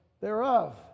thereof